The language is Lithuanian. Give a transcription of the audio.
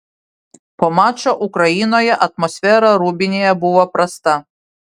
po mačo ukrainoje atmosfera rūbinėje buvo prasta